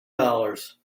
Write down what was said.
dollars